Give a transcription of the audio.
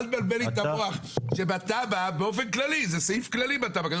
זה סעיף כללי בתב"ע.